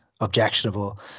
objectionable